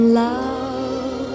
love